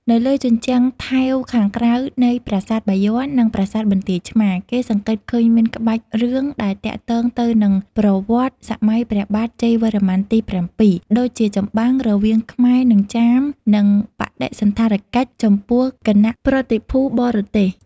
នៅ លើជញ្ជាំងថែវខាងក្រៅនៃប្រាសាទបាយ័ននិងប្រាសាទបន្ទាយឆ្មារ គេសង្កេត ឃើញមានក្បាច់រឿងដែលទាក់ទងទៅនឹងប្រវត្តិសម័យព្រះបាទជ័យវរ្ម័នទី ៧ ដូចជាចម្បាំងរវាងខ្មែរនិងចាម និងបដិសណ្ឋារកិច្ចចំពោះគណៈប្រតិភូបរទេស។